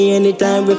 anytime